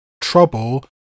Trouble